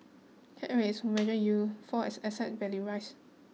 cap rates who measure yield fall as asset values rise